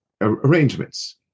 arrangements